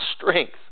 strength